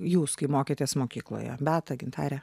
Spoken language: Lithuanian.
jūs kai mokėtės mokykloje beata gintarė